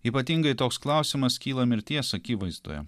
ypatingai toks klausimas kyla mirties akivaizdoje